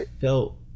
felt